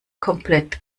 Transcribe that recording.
komplett